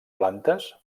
plantes